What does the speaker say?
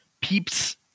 Peeps